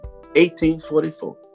1844